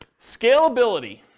Scalability